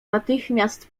natychmiast